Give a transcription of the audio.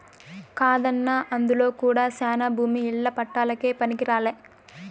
కాదన్నా అందులో కూడా శానా భూమి ఇల్ల పట్టాలకే పనికిరాలే